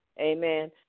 amen